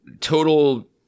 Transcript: total